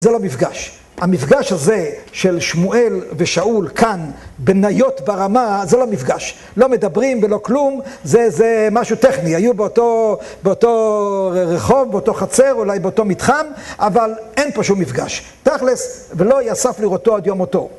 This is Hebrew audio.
זה לא מפגש, המפגש הזה של שמואל ושאול כאן, בניות ברמה, זה לא מפגש לא מדברים ולא כלום, זה משהו טכני, היו באותו רחוב, באותו חצר, אולי באותו מתחם, אבל אין פה שום מפגש, תכלס ולא יסף לראותו עד יום מותו